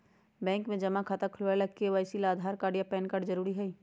bank में जमा खाता खुलावे ला के.वाइ.सी ला आधार कार्ड आ पैन कार्ड जरूरी हई